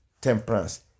temperance